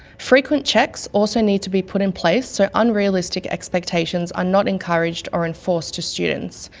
frequent checks also need to be put in place so unrealistic expectations are not encouraged or enforced to students,